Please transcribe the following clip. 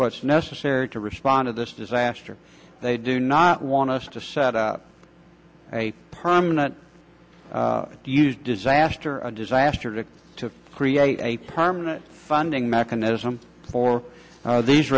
what's necessary to respond to this disaster they do not want us to set up a permanent huge disaster a disaster to to create a permanent funding mechanism for these